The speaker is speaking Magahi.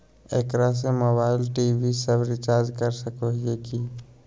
एकरा से मोबाइल टी.वी सब रिचार्ज कर सको हियै की?